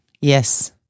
Yes